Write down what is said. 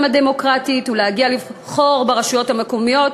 הדמוקרטית ולהגיע לבחור ברשויות המקומיות.